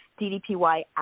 DDPY